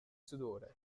sudore